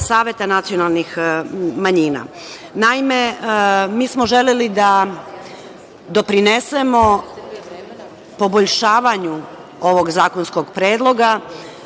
Saveta nacionalnih manjina. Naime, mi smo želeli da doprinesemo poboljšavanju ovog zakonskog predloga